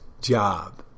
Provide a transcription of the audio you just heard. job